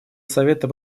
совета